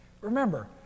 Remember